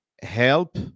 help